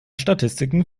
statistiken